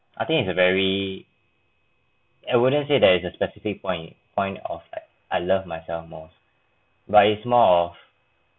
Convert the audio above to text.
I think it's a very I wouldn't say there is a specific point point of like I love myself most but it's more of